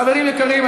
חברים יקרים,